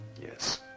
Yes